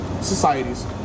societies